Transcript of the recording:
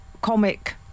Comic